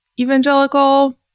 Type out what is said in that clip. evangelical